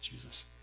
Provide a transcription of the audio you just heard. Jesus